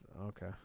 okay